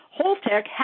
Holtec